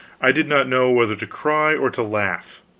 i did not know whether to cry or to laugh.